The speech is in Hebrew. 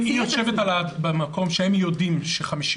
היא יושבת במקום שהם יודעים ששיעור